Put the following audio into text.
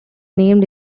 named